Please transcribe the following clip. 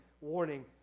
warning